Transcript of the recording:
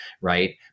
right